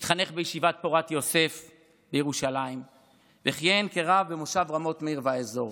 התחנך בישיבת פורת יוסף בירושלים וכיהן כרב במושב רמות מאיר והאזור.